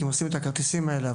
כי הם עושים את הכרטיסים האלה,